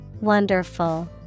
Wonderful